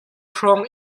hrawng